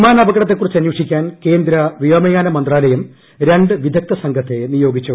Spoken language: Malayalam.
വിമാനാപകടത്തെക്കുറിച്ച് അന്വേഷിക്കാൻ കേന്ദ്ര വ്യോമയാന മന്ത്രാലയം രണ്ടു വൃദ്ഗ്ദ്ധ് സംഘത്തെ നിയോഗിച്ചു